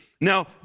Now